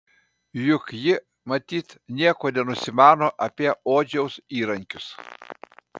juk ji matyt nieko nenusimano apie odžiaus įrankius